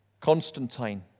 Constantine